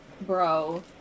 bro